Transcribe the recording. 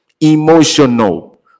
Emotional